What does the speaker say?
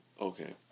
Okay